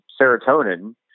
serotonin